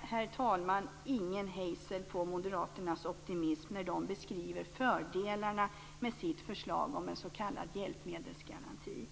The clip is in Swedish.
Herr talman! Det är ingen hejd på moderaternas optimism när de beskriver fördelarna med sitt förslag om en s.k. hjälpmedelsgaranti.